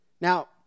Now